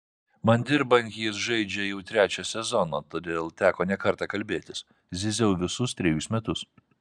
man dirbant jis žaidžia jau trečią sezoną todėl teko ne kartą kalbėtis zyziau visus trejus metus